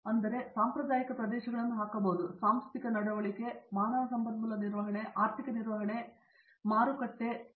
ಆದ್ದರಿಂದ ನೀವು ಸಾಂಪ್ರದಾಯಿಕ ಪ್ರದೇಶಗಳನ್ನು ಹಾಕಬಹುದು ಸಾಂಸ್ಥಿಕ ನಡವಳಿಕೆ ಮಾನವ ಸಂಪನ್ಮೂಲ ನಿರ್ವಹಣೆ ಮುಂದಿನದು ಆರ್ಥಿಕ ನಿರ್ವಹಣೆ ಮತ್ತು ಮೂರನೇದು ಮಾರುಕಟ್ಟೆಯಾಗುವುದು